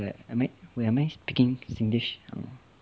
I mean wait am I speaking singlish